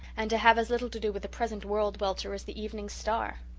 and to have as little to do with the present world-welter as the evening star.